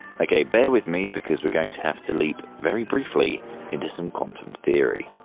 okay, bear with me, because we're going to have to leap very briefly into some quantum theory.